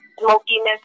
smokiness